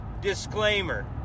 disclaimer